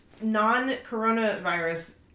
non-coronavirus